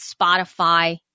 Spotify